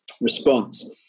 response